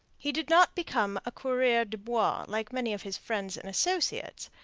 he did not become a coureur de bois like many of his friends and associates,